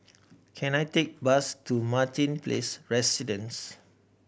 can I take bus to Martin Place Residence